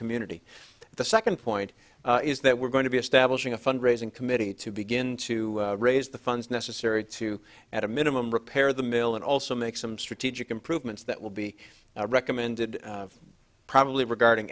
community the second point is that we're going to be establishing a fund raising committee to begin to raise the funds necessary to at a minimum repair the mill and also make some strategic improvements that will be recommended probably regarding